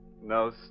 no